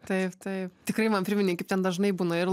taip taip tikrai man priminei kaip ten dažnai būna ir